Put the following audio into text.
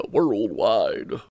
Worldwide